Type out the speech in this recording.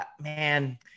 Man